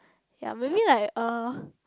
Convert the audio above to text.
ya maybe like uh